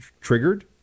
triggered